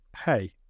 hey